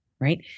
right